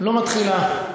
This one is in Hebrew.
לא מתחילה,